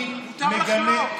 אני מגנה, מותר לחלוק.